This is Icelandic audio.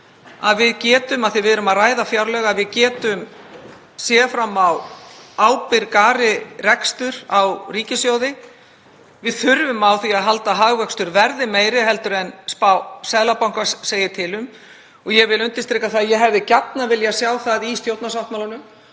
að við getum, af því að við erum að ræða fjárlög, séð fram á ábyrgari rekstur á ríkissjóði. Við þurfum á því að halda að hagvöxtur verði meiri en spá Seðlabankans segir til um og ég vil undirstrika að ég hefði gjarnan viljað sjá það í stjórnarsáttmálanum